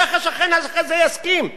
איך השכן הזה יסכים?